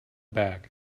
back